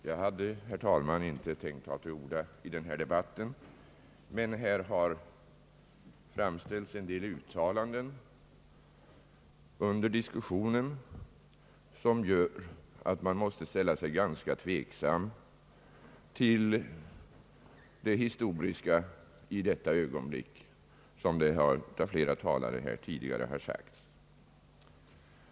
Herr talman! Jag hade inte tänkt ta till orda i denna debatt, men här har under diskussionen gjorts en del uttalanden, som gör att man måste ställa sig något tveksam till det historiska i detta ögonblick, såsom flera talare tidigare har uttryckt det.